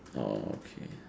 orh okay